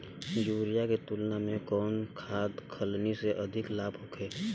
Urea के तुलना में कौन खाध खल्ली से अधिक लाभ होखे?